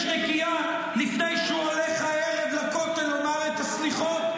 נקייה לפני שהוא הולך הערב לכותל לומר את הסליחות?